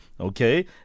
Okay